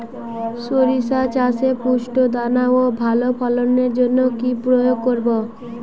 শরিষা চাষে পুষ্ট দানা ও ভালো ফলনের জন্য কি প্রয়োগ করব?